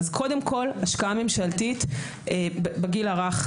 אז קודם כל השקעה ממשלתית בגיל הרך,